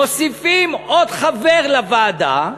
מוסיפים עוד חבר לוועדה,